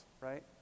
right